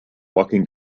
walking